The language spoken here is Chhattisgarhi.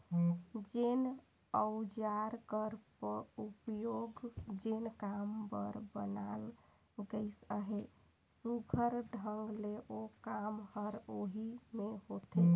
जेन अउजार कर उपियोग जेन काम बर बनाल गइस अहे, सुग्घर ढंग ले ओ काम हर ओही मे होथे